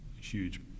huge